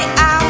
out